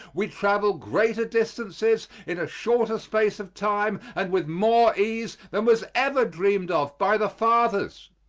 we travel greater distances in a shorter space of time and with more ease than was ever dreamed of by the fathers.